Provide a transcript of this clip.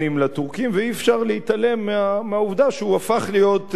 ואי-אפשר להתעלם מהעובדה שהוא הפך להיות כזה.